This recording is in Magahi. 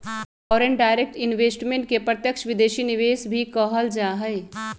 फॉरेन डायरेक्ट इन्वेस्टमेंट के प्रत्यक्ष विदेशी निवेश भी कहल जा हई